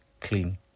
clean